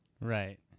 Right